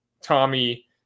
tommy